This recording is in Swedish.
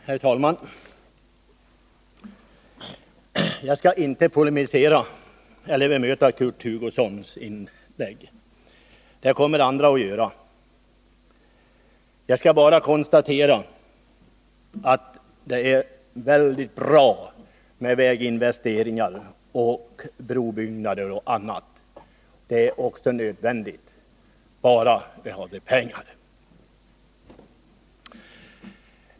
Herr talman! Jag skall inte polemisera mot Kurt Hugosson eller bemöta hans inlägg — det kommer andra att göra. Jag skall bara konstatera att det är väldigt bra och nödvändigt med väginvesteringar, brobyggnader och annat — bara vi hade pengar.